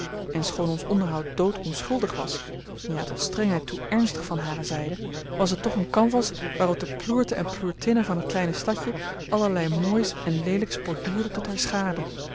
en schoon ons onderhoud dood onschuldig was ja tot strengheid toe ernstig van hare zijde was het toch een canavas waarop de ploerten en ploertinnen van t kleine stadje allerlei moois en leelijks borduurden tot hare schade